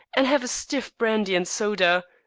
and have a stiff brandy and soda.